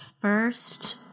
first